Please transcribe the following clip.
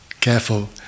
careful